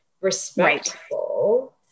respectful